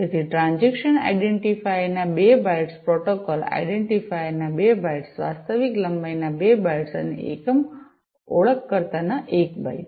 તેથી transaction identifier ના 2 bytes protocol identifier ના 2 બાઇટ્સ વાસ્તવિક લંબાઈના 2 બાઇટ્સ અને એકમ ઓળખકર્તાના 1 બાઇટ